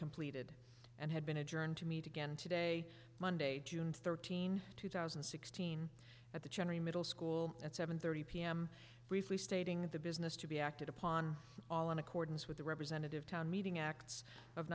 completed and had been adjourned to meet again today monday june thirteenth two thousand and sixteen at the cherry middle school at seven thirty pm briefly stating the business to be acted upon all in accordance with the representative town meeting acts of